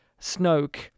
Snoke